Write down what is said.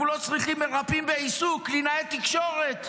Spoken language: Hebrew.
אנחנו לא צריכים מרפאים בעיסוק, קלינאי תקשורת?